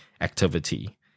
activity